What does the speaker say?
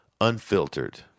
unfiltered